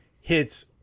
hits